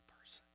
person